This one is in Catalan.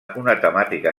temàtica